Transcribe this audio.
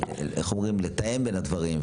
ולתאם בין הדברים.